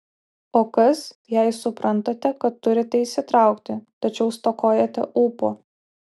o kas jei suprantate kad turite įsitraukti tačiau stokojate ūpo